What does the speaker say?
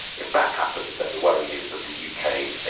if that happens, then the worry is that the u k.